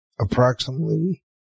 approximately